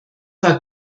war